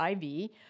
IV